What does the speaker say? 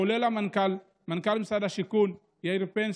כולל מנכ"ל משרד השיכון יאיר פינס,